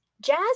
jazz